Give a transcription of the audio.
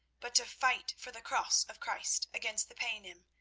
but to fight for the cross of christ against the paynim,